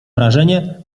wrażenie